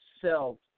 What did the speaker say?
self